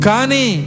Kani